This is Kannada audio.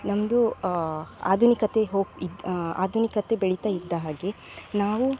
ನಮ್ಮದು ಆಧುನಿಕತೆ ಹೋಗ್ತ ಇದ್ದ ಆಧುನಿಕತೆ ಬೆಳಿತಾ ಇದ್ದ ಹಾಗೇ ನಾವು